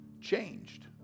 changed